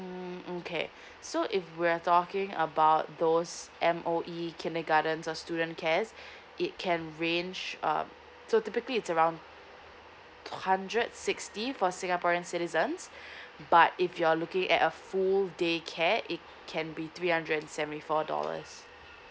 mm okay so if we're talking about those M_O_E kindergartens or student care it can range um so typically it's around hundred sixty for singaporeans citizens but if you're looking at a full day care it can be three hundred and seventy four dollars